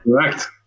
correct